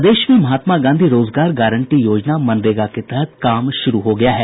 प्रदेश में महात्मा गांधी रोजगार गारंटी योजना के तहत काम शुरू हो गया है